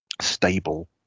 stable